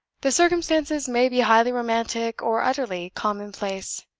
the circumstances may be highly romantic, or utterly commonplace.